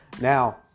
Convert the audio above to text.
Now